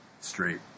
straight